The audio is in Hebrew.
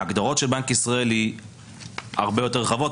ההגדרות של בנק ישראל הרבה יותר רחבות,